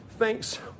Thanks